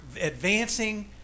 advancing